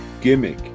gimmick